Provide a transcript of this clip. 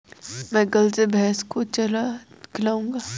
मैं कल से भैस को चारा खिलाऊँगा